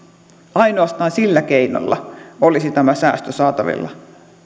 ainoastaan sillä keinolla olisi tämä säästö saatavilla